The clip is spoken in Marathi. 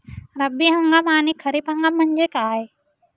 रब्बी हंगाम आणि खरीप हंगाम म्हणजे काय?